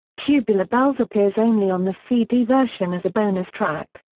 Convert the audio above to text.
tubular bells appears only on the cd version as a bonus track.